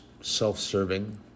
self-serving